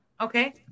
Okay